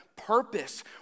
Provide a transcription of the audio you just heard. purpose